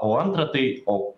o antra tai o